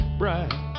bright